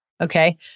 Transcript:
Okay